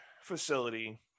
facility